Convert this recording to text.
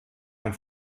ein